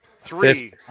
Three